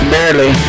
Barely